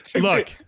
Look